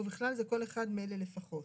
ובכלל זה כל אחד מאלה לפחות: